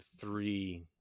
three